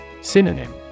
Synonym